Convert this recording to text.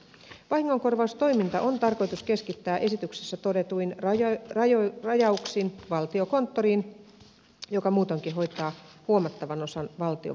vahingonkorvaustoiminta on tarkoitus keskittää esityksessä todetuin rajauksin valtiokonttoriin joka muutoinkin hoitaa huomattavan osan valtion vahingonkorvauksista